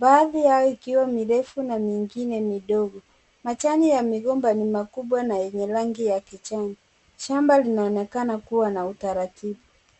baadhi yao ikiwa mirefu na mingine midogo. Majani ya migomba ni makubwa na yenye rangi ya kijani. Shamba linaonekana kuwa na utaratibu.